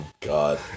God